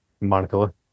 Monica